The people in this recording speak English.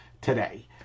today